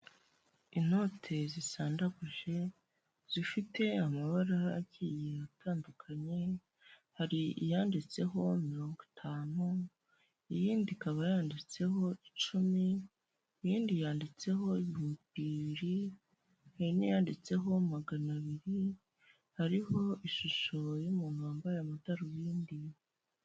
Inote zisandaguje zifite amabara agiye atandukanye hari iyanditseho mirongo itanu, iyindi ikaba yanditseho icumi, iyindi yanditseho ibihumbi bibiri, hari n'iyanditseho magana abiri. Hariho ishusho y'umuntu wambaye amadarubindi.